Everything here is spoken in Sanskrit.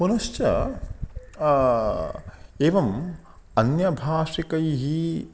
पुनश्च एवम् अन्यभाषिकैः